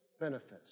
benefits